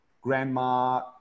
grandma